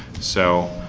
so,